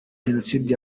jenoside